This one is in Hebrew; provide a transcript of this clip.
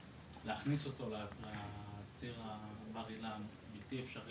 להכניס אותו לציר בר-אילן זה בלתי אפשרי.